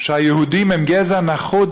שהיהודים הם גזע נחות,